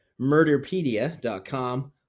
murderpedia.com